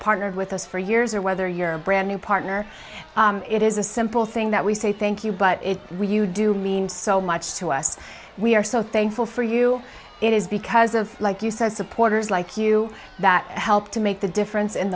partnered with us for years or whether you're a brand new partner it is a simple thing that we say thank you but if we you do mean so much to us we are so thankful for you it is because of like you said supporters like you that help to make the difference in